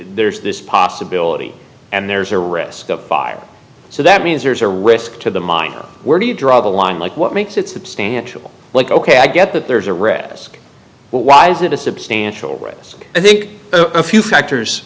there's this possibility and there's a risk of fire so that means there's a risk to the mine where do you draw the line like what makes it substantial like ok i get that there's a red ask why is it a substantial risk i think a few factors